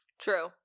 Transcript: True